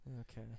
okay